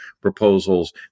proposals